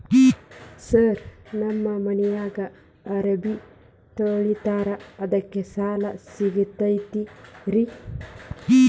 Sir ನಮ್ಮ ಮನ್ಯಾಗ ಅರಬಿ ತೊಳಿತಾರ ಅದಕ್ಕೆ ಸಾಲ ಸಿಗತೈತ ರಿ?